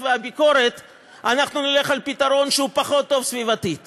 והביקורת אנחנו נלך על פתרון שהוא פחות טוב סביבתית